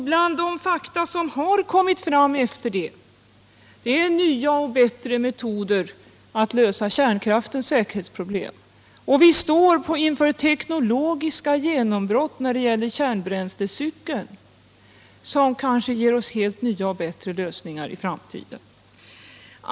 Bland de fakta som har kommit fram efter det är nya och bättre metoder att lösa kärnkraftens säkerhetsproblem, och vi står inför teknologiska genombrott när det gäller kärnbränslecykeln som kan ge oss helt nya och bättre lösningar i framtiden.